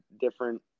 different